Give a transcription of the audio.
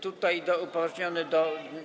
Tutaj upoważniony do.